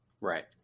Right